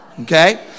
Okay